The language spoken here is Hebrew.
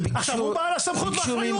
הם בעלי הסמכות והאחריות.